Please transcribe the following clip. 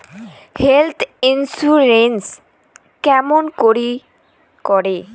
Health insurance কেমন করি করে?